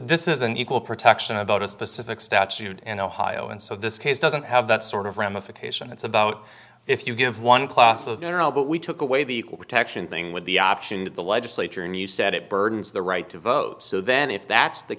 this is an equal protection about a specific statute and ohio and so this case doesn't have that sort of ramification it's about if you give one class of general what we took away the equal protection thing with the option of the legislature and you said it burdens the right to vote so then if that's the